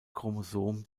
chromosom